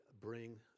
bring